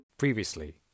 Previously